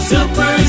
Super